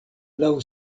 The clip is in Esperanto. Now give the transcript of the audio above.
laŭ